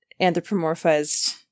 anthropomorphized